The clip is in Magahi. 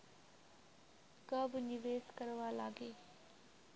कब निवेश करवार लागे?